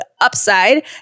UPSIDE